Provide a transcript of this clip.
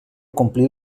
complir